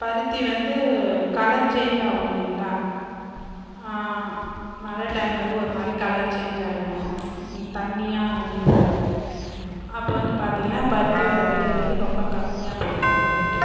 பருத்தி வந்து colour change ஆகும் இல்லைங்ளா மழை டைமில் வந்து ஒருமாதிரி கலர் சேஞ்ச் ஆகிடும் தண்ணியாக நின்றுடும் அப்போ வந்து பார்த்தீங்கனா பருத்தியோடய விலை வந்து ரொம்ப கம்மியாக போகும் ரேட்டு